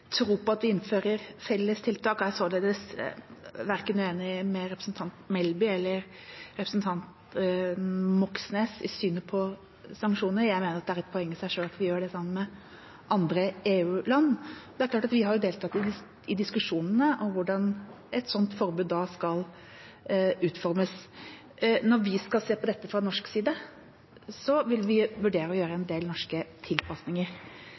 tro på at vi innfører felles tiltak og er således ikke uenig med verken representanten Melby eller representanten Moxnes i synet på sanksjoner. Jeg mener at det er et poeng i seg selv at vi gjør det sammen med andre EU-land. Det er klart at vi har jo deltatt i diskusjonene om hvordan et slikt forbud da skal utformes. Når vi skal se på dette fra norsk side, vil vi vurdere å gjøre en del norske tilpasninger.